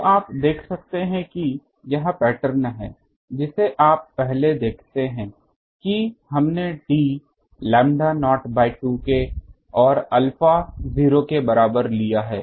तो आप देख सकते हैं कि यह पैटर्न है जिसे आप पहले देखते हैं कि हमने d लैम्ब्डा नॉट बाय 2 के और अल्फा 0 के बराबर लिया है